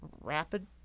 rapid